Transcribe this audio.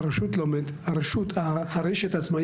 הרשות לא מממנת,